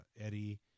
Eddie